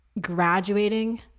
graduating